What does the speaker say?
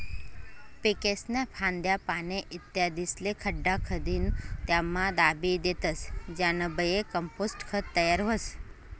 पीकेस्न्या फांद्या, पाने, इत्यादिस्ले खड्डा खंदीन त्यामा दाबी देतस ज्यानाबये कंपोस्ट खत तयार व्हस